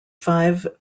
five